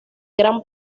gran